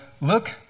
look